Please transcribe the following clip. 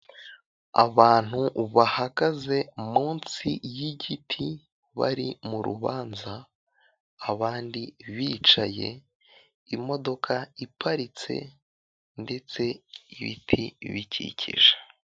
Abantu bahagaze munsi y'igiti bari murubanza abandi bicaye imodoka iparitse ndetse ibiti bikikije.